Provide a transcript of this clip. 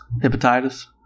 Hepatitis